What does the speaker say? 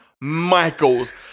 Michaels